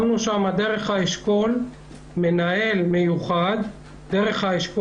שמנו שם דרך אשכול הנגב המזרחי מנהל מיוחד שיטפל,